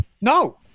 No